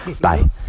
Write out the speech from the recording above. bye